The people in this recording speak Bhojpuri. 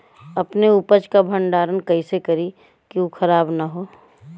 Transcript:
अपने उपज क भंडारन कइसे करीं कि उ खराब न हो?